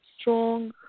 strong